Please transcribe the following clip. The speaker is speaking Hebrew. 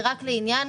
זה רק לעניין